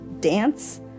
dance